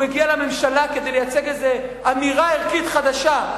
הגיע לממשלה כדי לייצג איזה אמירה ערכית חדשה.